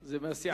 זה מהסיעה שלו.